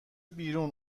بیرون